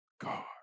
God